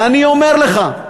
ואני אומר לך,